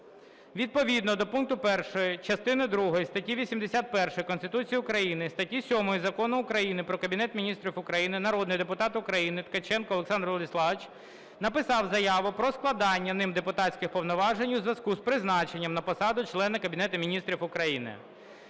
Відповідно до пункту 1 частини другої статті 81 Конституції України, статті 7 Закону України "Про Кабінет Міністрів України" народний депутат України Ткаченко Олександр Владиславович написав заяву про складання ним депутатських повноважень у зв'язку із призначенням на посаду члена Кабінету Міністрів України.